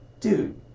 dude